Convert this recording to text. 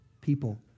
people